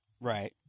Right